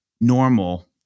normal